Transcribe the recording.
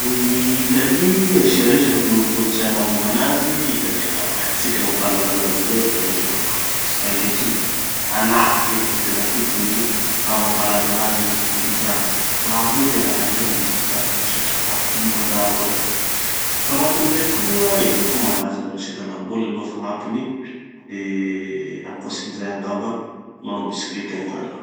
No i Italy gn'asia resaky gny kolotsaina momba anazy. Italy angamba haitsika gny mampalaza anazy voalohany da gny resaky pates, spaghetti, anazy igny da tena tompony igny. Raha mampalaza anazy io vo gny pizza. Raha reo tena haindreo mamboatsy anazy amy resaky sakafo, momba any raha roa reo zany. Ho fagnampin'izay koa, ereo koa malaza amy resaky laboly aloha fagnampiny. De ankoatsin'izay angamba, manao bisikileta egny koa ereo.